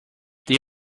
they